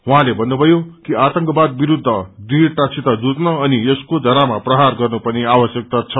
उहौँले भन्नुथयो कि आतंकवाद विरूद्ध दृढ़तासित जुझ्न अनि यसको जरामा प्रहार गर्नुपर्ने आवश्यकता छ